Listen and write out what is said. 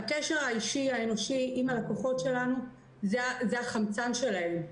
הקשר האישי האנושי עם הלקוחות שלנו הוא החמצן שלהם.